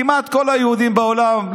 כמעט כל היהודים בעולם,